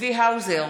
צבי האוזר,